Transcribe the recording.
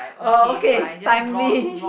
oh okay timely